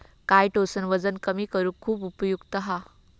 chitosan वजन कमी करुक खुप उपयुक्त हा